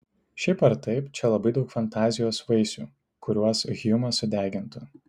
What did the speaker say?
šiaip ar taip čia labai daug fantazijos vaisių kuriuos hjumas sudegintų